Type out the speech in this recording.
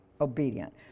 obedient